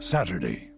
Saturday